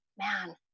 man